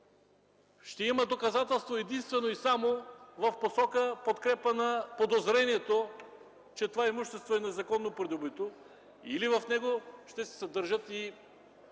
ще има доказателство единствено и само в посока подкрепа на подозрението, че това имущество е незаконно придобито, или в него ще се съдържат и